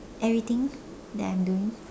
everything that I'm doing